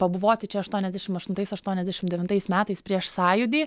pabuvoti čia aštuoniasdešimt aštuntais aštuoniasdešimt devintais metais prieš sąjūdį